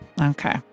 Okay